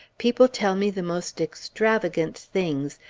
people tell me the most extravagant things,